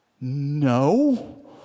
No